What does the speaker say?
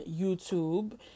YouTube